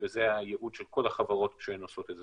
התוצאה של זה תלויה בחברות שאיתן התקשרתם.